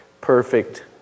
perfect